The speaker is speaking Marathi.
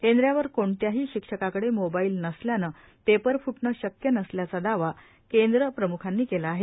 केंद्रावर कोणत्याही शिक्षकाकडे मोबाईल नसल्यानं पेपर फूटणं शक्य नसल्याचा दावा केंद्र प्रमुखांनी केला आहे